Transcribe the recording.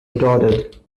retorted